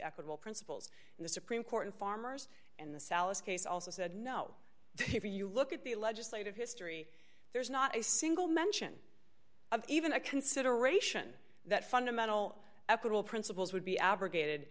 equitable principles in the supreme court and farmers and the salish case also said no if you look at the legislative history there's not a single mention of even a consideration that fundamental ethical principles would be abrogated